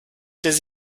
does